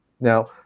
Now